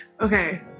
Okay